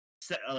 set